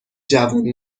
جوون